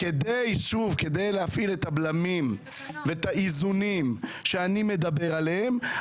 כי להפעיל את הבלמים ואת האיזונים שאני מדבר עליהם,